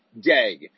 day